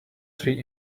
three